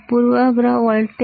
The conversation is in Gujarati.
પૂર્વગ્રહ વોલ્ટેજ